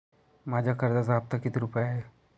माझ्या कर्जाचा हफ्ता किती रुपये आहे?